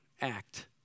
act